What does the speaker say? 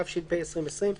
התש"ף 2020,